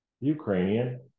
Ukrainian